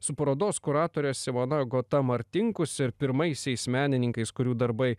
su parodos kuratore simona agota martinkus ir pirmaisiais menininkais kurių darbai